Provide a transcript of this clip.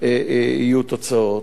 יהיו תוצאות.